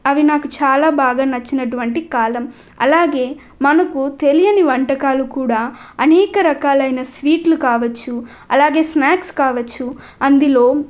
అవి నాకు చాలా బాగా నచ్చినటువంటి కాలం అలాగే మనకు తెలియని వంటకాలు కూడా అనేక రకాలైన స్వీట్లు కావచ్చు అలాగే స్నాక్స్ కావచ్చు అందులో